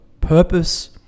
purpose